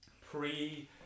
pre